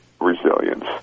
resilience